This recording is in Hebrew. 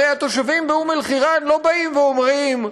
הרי התושבים באום-אלחיראן לא באים ואומרים: